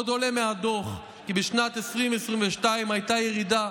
עוד עולה מהדוח כי בשנת 2022 הייתה ירידה